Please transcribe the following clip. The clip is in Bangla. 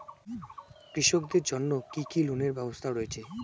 কৃষকদের জন্য কি কি লোনের ব্যবস্থা রয়েছে?